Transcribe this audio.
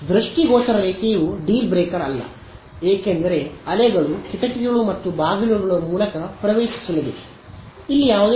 ದೃಷ್ಟಿಗೋಚರ ರೇಖೆಯು deal breaker ಅಲ್ಲ ಏಕೆಂದರೆ ಅಲೆಗಳು ಕಿಟಕಿಗಳು ಮತ್ತು ಬಾಗಿಲುಗಳ ಮೂಲಕ ಪ್ರವೇಶಿಸಲಿವೆ